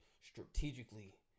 strategically